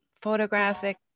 photographic